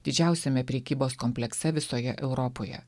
didžiausiame prekybos komplekse visoje europoje